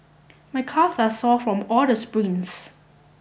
my calves are sore from all the sprints